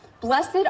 Blessed